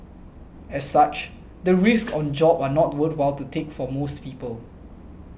as such the risks on the job are not worthwhile to take for most people